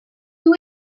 who